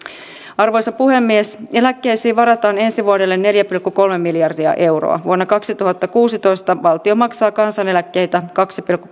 arvoisa puhemies eläkkeisiin varataan ensi vuodelle neljä pilkku kolme miljardia euroa vuonna kaksituhattakuusitoista valtio maksaa kansaneläkkeitä kaksi pilkku